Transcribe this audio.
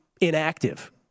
inactive